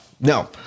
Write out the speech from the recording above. no